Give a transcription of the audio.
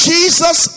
Jesus